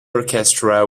orchestra